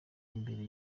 imbere